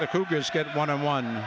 the cougars got one and one